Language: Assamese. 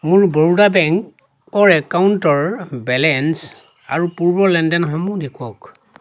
মোৰ বৰোদা বেংকৰ একাউণ্টৰ বেলেঞ্চ আৰু পূৰ্বৰ লেনদেনসমূহ দেখুৱাওক